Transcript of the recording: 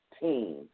team